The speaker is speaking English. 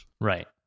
right